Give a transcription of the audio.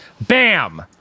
Bam